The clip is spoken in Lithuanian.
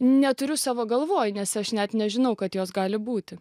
neturiu savo galvoje nes aš net nežinau kad jos gali būti